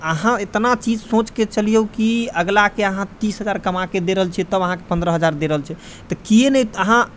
अहाँ एतना चीज सोचके चलियौ कि अगिलाके अहाँ तीस हजार कमाके दे रहल छियै तब अहाँके पन्द्रह हजार दे रहल छै तऽ किए नहि अहाँ